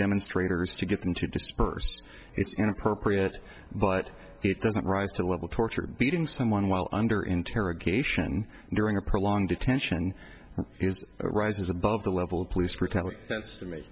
demonstrators to get them to disperse it's inappropriate but it doesn't rise to the level tortured beating someone while under interrogation during a prolonged detention is rises above the level of police brutality sense to me